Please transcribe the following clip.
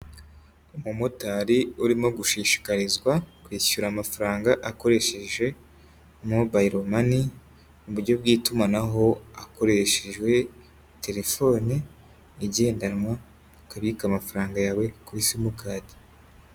Umumotari urimo gushishikarizwa kwishyura amafaranga akoresheje mobayiro mani, mu buryo bw'itumanaho akoreshejwe telefone igendanwa, akabika amafaranga yawe kuri simukadi.